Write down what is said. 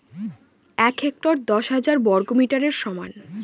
এক হেক্টর দশ হাজার বর্গমিটারের সমান